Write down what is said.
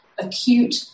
acute